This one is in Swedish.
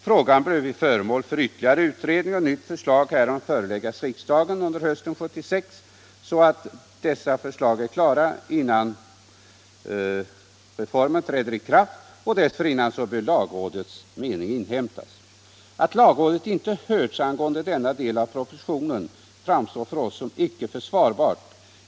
Frågan bör bli föremål för ytterligare utredning och nytt förslag föreläggas riksdagen under hösten 1976, alltså innan reformen träder i kraft. Dessförinnan bör lagrådets mening inhämtas. Alt lagrådet icke hörts angående denna del av propositionen framstår för oss som icke försvarbart.